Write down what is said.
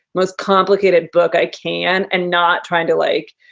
most complicated book i can and not trying to like,